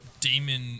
Demon